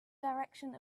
direction